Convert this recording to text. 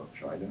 China